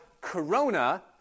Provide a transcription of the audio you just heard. Corona